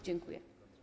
Dziękuję.